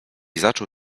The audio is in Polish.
zaczął